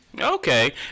Okay